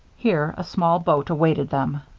here a small boat awaited them.